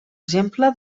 exemple